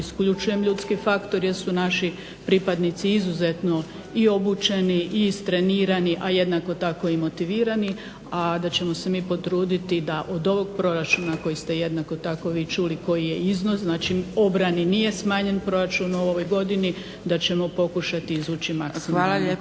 isključujem ljudski faktor jer su naš pripadnici izuzetno i obučeni i istrenirani, a jednako tako i motivirani. A da ćemo se mi potruditi da od ovog proračuna kojeg ste jednako tako vi čuli koji je iznos znači obrani nije smanjen proračun u ovoj godini da ćemo pokušati izvući maksimum. Hvala.